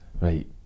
Right